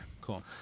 cool